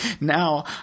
now